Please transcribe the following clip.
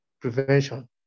prevention